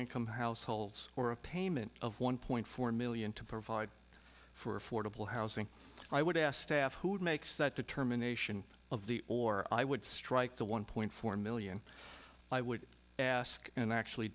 income households or a payment of one point four million to provide for affordable housing i would ask staff who makes that determination of the or i would strike the one point four million i would ask and actually